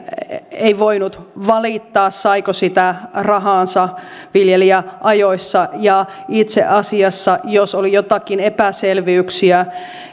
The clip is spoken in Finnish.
ei voinut valittaa saiko sitä rahaansa viljelijä ajoissa ja itse asiassa jos oli jotakin epäselvyyksiä